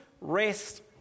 rest